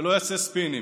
שלא יעשה ספינים.